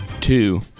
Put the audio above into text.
Two